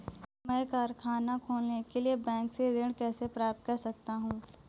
मैं कारखाना खोलने के लिए बैंक से ऋण कैसे प्राप्त कर सकता हूँ?